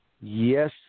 Yes